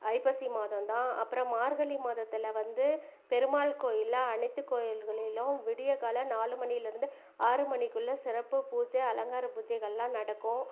ஐப்பசி மாதம் தான் அப்புறம் மார்கழி மாதத்தில் வந்து பெருமாள் கோயிலில் அனைத்து கோயில்களிலும் விடியக்கால நாலு மணிலிருந்து ஆறுமணிக்குள்ளே சிறப்பு பூஜை அலங்கார பூஜைகளெல்லாம் நடக்கும்